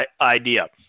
idea